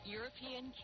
European